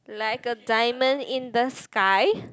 like a diamond in the sky